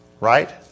Right